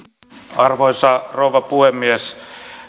arvoisa rouva puhemies